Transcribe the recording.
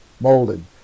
molded